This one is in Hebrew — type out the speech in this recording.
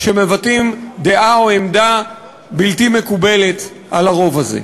שמבטאים דעה או עמדה בלתי מקובלת על הרוב הזה?